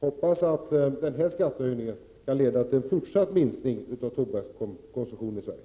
hoppas att den här skattehöjningen skall leda till en fortsatt minskning av tobakskonsumtionen i Sverige.